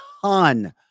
ton